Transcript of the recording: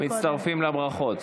ואני בטוח שכולנו מצטרפים לברכות.